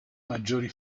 maggiori